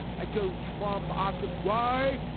i'd go trompe auskick. why?